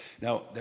Now